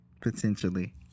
potentially